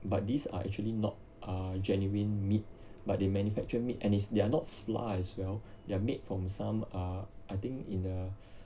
but these are actually not uh genuine meat but they manufacture meat and it's they are not flour as well they're made from some ah I think in the